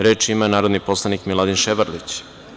Reč ima narodni poslanik Miladin Ševarlić.